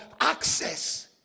access